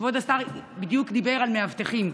כבוד השר בדיוק דיבר על מאבטחים.